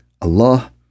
Allah